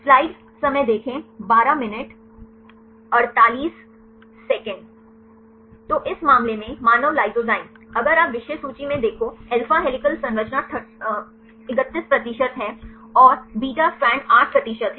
तो इस मामले में मानव लाइसोजाइम अगर आप विषय सूचि में देखो अल्फा हेलिकल संरचना 31 प्रतिशत है और बीटा स्ट्रैंड 8 प्रतिशत है